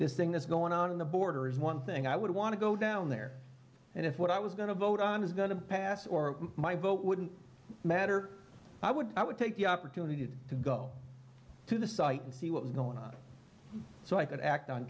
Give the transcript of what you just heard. this thing that's going on in the border is one thing i would want to go down there and if what i was going to vote on is going to pass or my vote wouldn't matter i would i would take the opportunity to go to the site and see what was going on so i could act on